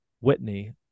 Whitney